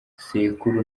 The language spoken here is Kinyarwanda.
sekuru